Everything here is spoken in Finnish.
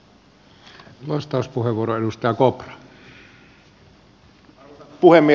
arvoisa puhemies